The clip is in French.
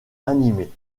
animée